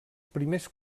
primers